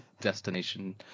destination